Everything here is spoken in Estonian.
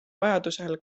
vajadusel